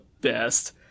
best